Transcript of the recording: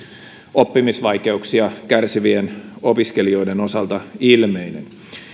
oppimisvaikeuksista kärsivien opiskelijoiden osalta ilmeinen